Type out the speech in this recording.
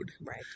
Right